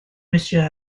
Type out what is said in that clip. messieurs